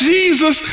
Jesus